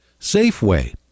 Safeway